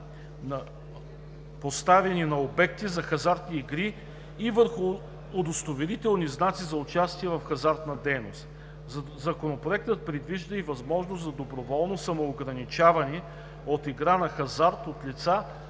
поставяни на обекти за хазартни игри и върху удостоверителни знаци за участие в хазартна дейност. Законопроектът предвижда и възможност за доброволно самоограничаване от игра на хазарт от лица,